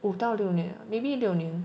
五到六年 maybe 六年